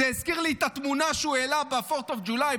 זה הזכיר לי את התמונה שהוא העלה ב-4th of July,